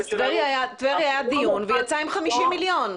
על טבריה היה דיון והיא יצאה עם 50 מיליון שקלים.